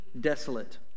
desolate